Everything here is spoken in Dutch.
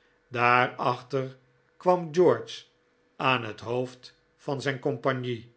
gedragen daarachter kwam george aan het hoofd van zijn compagnie